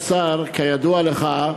אדוני השר, כידוע לך,